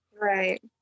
Right